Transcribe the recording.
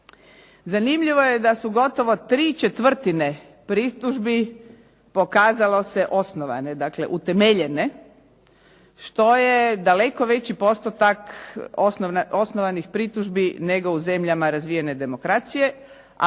Zanimljivo je da su gotovo ¾ pritužbi pokazalo se osnovane, dakle utemeljene, što je daleko veći postotak osnovanih pritužbi nego u zemljama razvijene demokracije.